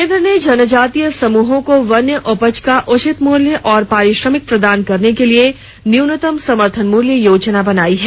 केन्द्र ने जनजातीय समूहों को वन्य उपज का उचित मूल्य और पारिश्रमिक प्रदान करने के लिए न्यूनतम समर्थन मूल्य योजना बनाई है